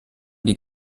die